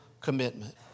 commitment